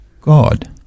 God